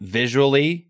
visually